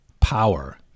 power